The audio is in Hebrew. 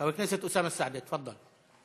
חבר הכנסת אוסאמה סעדי, תפאדל.